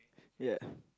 ya